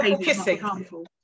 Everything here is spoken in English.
kissing